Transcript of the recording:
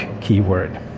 keyword